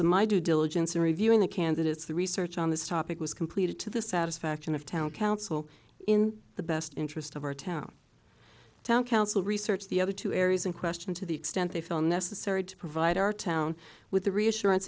of my due diligence in reviewing the candidates the research on this topic was completed to the satisfaction of town council in the best interest of our town town council researched the other two areas in question to the extent they feel necessary to provide our town with the reassurance